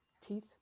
teeth